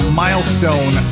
milestone